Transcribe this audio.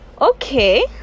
okay